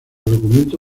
documento